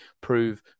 prove